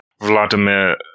Vladimir